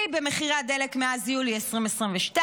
שיא במחירי הדלק מאז יולי 2022,